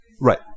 right